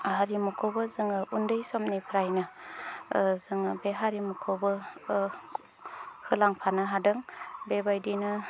हारिमुखौबो जोङो उन्दै समनिफ्रायनो जोङो बे हारिमुखौबो होलांफानो हादों बेबायदिनो